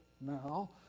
now